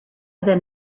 then